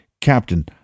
Captain